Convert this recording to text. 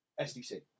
SDC